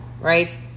right